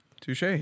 Touche